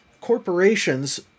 corporations